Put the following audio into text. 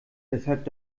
weshalb